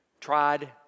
tried